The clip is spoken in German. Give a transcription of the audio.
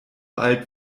alt